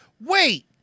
Wait